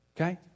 Okay